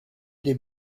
des